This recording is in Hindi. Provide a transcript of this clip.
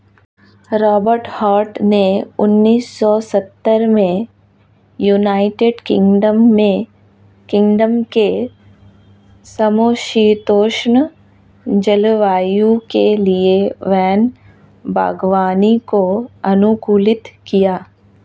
रॉबर्ट हार्ट ने उन्नीस सौ सत्तर में यूनाइटेड किंगडम के समषीतोष्ण जलवायु के लिए वैन बागवानी को अनुकूलित किया